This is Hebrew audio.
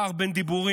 פער בין דיבורים,